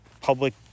public